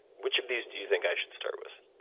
which of these do you think i should start with,